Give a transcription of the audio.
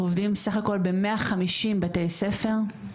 אנחנו עובדים סך הכל 150 בתי ספר בארץ,